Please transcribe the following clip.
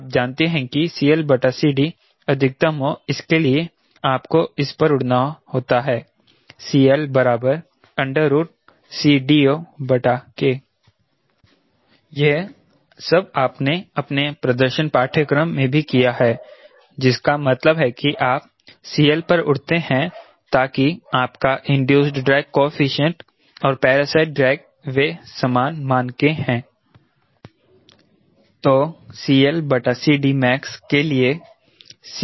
और आप जानते हैं कि अधिकतम हो इसके लिए आपको इस पर उड़ना होता है CL CD0K यह सब आपने अपने प्रदर्शन पाठ्यक्रम में भी किया है जिसका मतलब है कि आप CL पर उड़ते हैं ताकि आपका इंड्यूस्ड ड्रैग कोएफिशिएंट और पेरासाइट ड्रैग वे समान मान के हैं